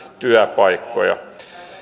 työpaikkoja